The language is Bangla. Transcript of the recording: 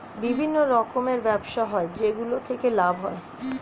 বিভিন্ন রকমের ব্যবসা হয় যেগুলো থেকে লাভ হয়